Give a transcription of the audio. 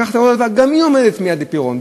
גם היא עומדת מייד לפירעון,